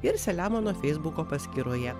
ir selemono feisbuko paskyroje